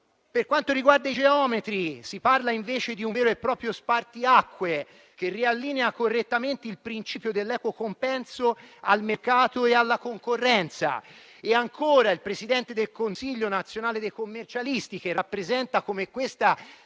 Per quanto riguarda i geometri, si parla invece di un vero e proprio spartiacque, che riallinea correttamente il principio dell'equo compenso al mercato e alla concorrenza. Inoltre, il presidente del Consiglio nazionale dei commercialisti, che rappresenta come questa